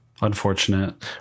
Unfortunate